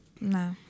No